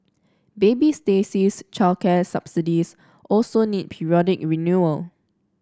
baby Stacey's childcare subsidies also need periodic renewal